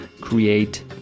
create